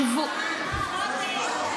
חודש.